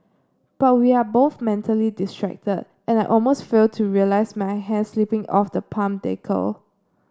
but we are both mentally distracted and I almost fail to realise my hand slipping off the palm decal